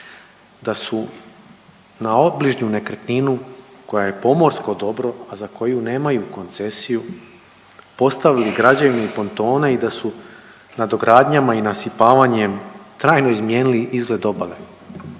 da su na obližnju nekretninu koja je pomorsko dobro a za koju nemaju koncesiju postavili građevne pontone i da su nadogradnjama i nasipavanjem trajno izmijenili izgled obale.